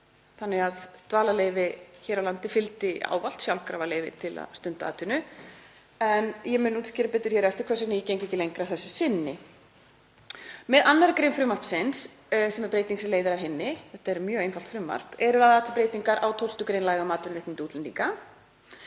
þannig að dvalarleyfi hér á landi fylgdi ávallt sjálfkrafa leyfi til að stunda atvinnu en ég mun útskýra betur hér á eftir hvers vegna ég geng ekki lengra að þessu sinni. Með 2. gr. frumvarpsins sem er breyting sem leiðir af hinni, þetta er mjög einfalt frumvarp, eru lagðar til breytingar á 12. gr. laga um atvinnuréttindi útlendinga.